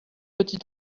petit